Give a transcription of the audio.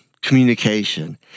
communication